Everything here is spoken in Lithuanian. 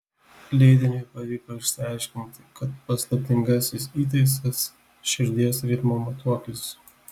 leidiniui pavyko išsiaiškinti kad paslaptingasis įtaisas širdies ritmo matuoklis